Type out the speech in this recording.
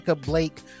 Blake